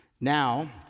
Now